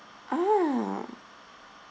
ah